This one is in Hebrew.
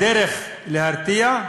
הדרך להרתיע?